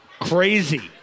Crazy